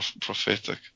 Prophetic